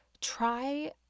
Try